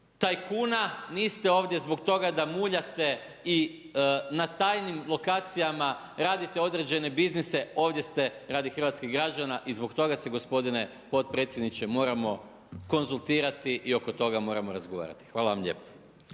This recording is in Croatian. tajkun, a niste ovdje zbog toga da muljate i na tajnim lokacijama radite određene biznise, ovdje ste radi hrvatskih građana i zbog toga se gospodine potpredsjedniče, moramo konzultirati i oko toga moramo razgovarati. Hvala vam lijepo.